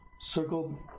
circle